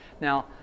Now